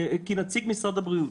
נציג משרד הבריאות,